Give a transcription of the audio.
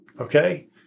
okay